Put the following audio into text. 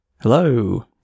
Hello